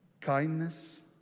kindness